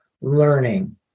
learning